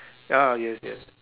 ya yes yes